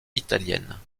italienne